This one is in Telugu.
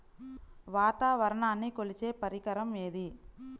వాతావరణాన్ని కొలిచే పరికరం ఏది?